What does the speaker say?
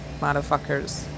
motherfuckers